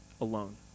alone